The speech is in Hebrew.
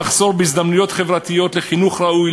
מחסור בהזדמנויות חברתיות לחינוך ראוי,